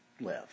live